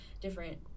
different